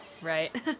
Right